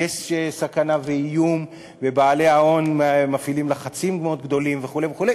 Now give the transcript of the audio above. כי יש סכנה ואיום ובעלי ההון מפעילים לחצים מאוד גדולים וכו' וכו'.